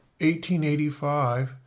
1885